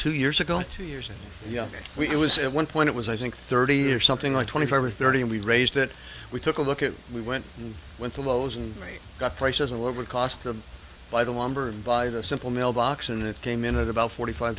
two years ago two years younger we it was at one point it was i think thirty years something like twenty five or thirty and we raised that we took a look at we went and went to lowe's and very got prices and lower cost to buy the lumber and buy the simple mailbox and it came in at about forty five